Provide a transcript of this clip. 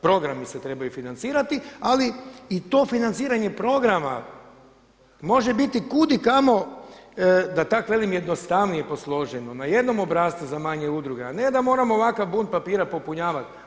Programi se trebaju financirati ali i to financiranje programa može biti kudikamo da tako velim jednostavnije posloženo, na jednom obrascu za manje udruge a ne da moramo ovakav bunt papira popunjavati.